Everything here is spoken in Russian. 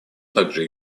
также